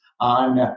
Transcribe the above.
on